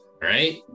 Right